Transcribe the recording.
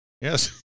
yes